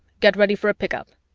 get ready for a pick-up.